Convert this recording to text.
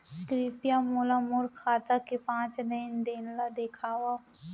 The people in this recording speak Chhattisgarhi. कृपया मोला मोर खाता के पाँच लेन देन ला देखवाव